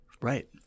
right